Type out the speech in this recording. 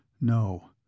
No